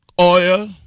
oil